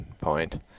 point